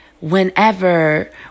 whenever